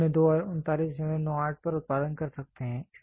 तो आप 4002 और 3998 पर उत्पादन कर सकते हैं